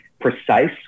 precise